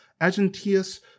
Agentius